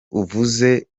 uvuze